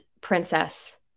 princess